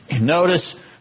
Notice